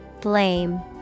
Blame